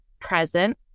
present